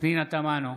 פנינה תמנו,